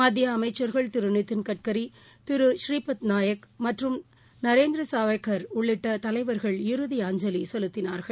மத்தியஅமைச்சர்கள் திருநிதின் கட்கரி திரு நாயக் மற்றும் நரேந்திரசவேக்கா் உள்ளிட்டதலைவர்கள் இறுதி அஞ்சலிசெலுத்தினார்கள்